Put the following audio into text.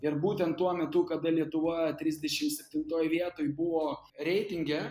ir būtent tuo metu kada lietuva trisdešim septintoj vietoj buvo reitinge